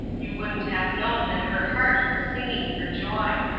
you wouldn't have known that her heart was singing for joy.